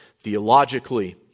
theologically